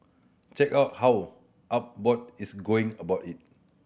check out how Abbott is going about it